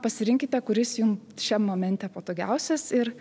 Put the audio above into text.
pasirinkite kuris jum šiam momente patogiausias ir